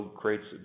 creates